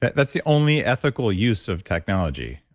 that's the only ethical use of technology.